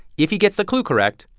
if he gets the clue correct,